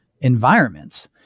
environments